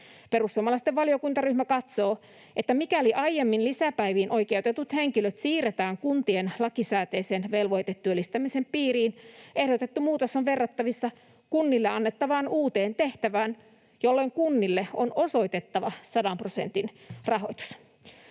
Perussuomalaisten valiokuntaryhmä katsoo, että mikäli aiemmin lisäpäiviin oikeutetut henkilöt siirretään kuntien lakisääteisen velvoitetyöllistämisen piiriin, ehdotettu muutos on verrattavissa kunnille annettavaan uuteen tehtävään, jolloin kunnille on osoitettava sadan prosentin rahoitus.